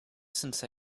since